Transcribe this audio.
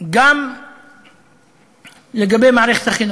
גם לגבי מערכת החינוך,